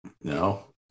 No